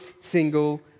single